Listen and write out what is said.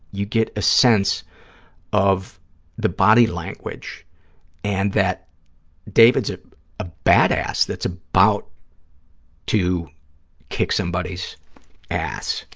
you get a sense of the body language and that david's ah a badass that's about to kick somebody's ass,